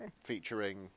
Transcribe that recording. Featuring